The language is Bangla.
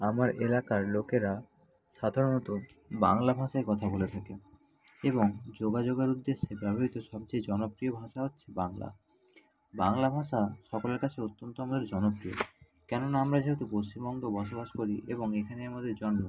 আমার এলাকার লোকেরা সাধারণত বাংলা ভাষায় কথা বলে থাকে এবং যোগাযোগে উদ্দেশ্যে ব্যবহৃত সবচেয়ে জনপ্রিয় ভাষা হচ্ছে বাংলা বাংলা ভাষা সকলের কাছে অত্যন্ত আমরা জনপ্রিয় কেননা আমরা যেহেতু পশ্চিমবঙ্গ বসবাস করি এবং এখানে আমাদের জন্ম